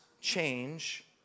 change